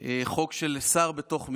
חוק של שר בתוך משרד,